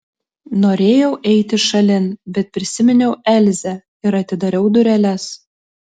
norėjau eiti šalin bet prisiminiau elzę ir atidariau dureles